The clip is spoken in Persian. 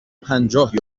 پنجاه